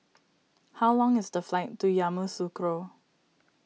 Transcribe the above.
how long is the flight to Yamoussoukro